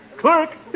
Clerk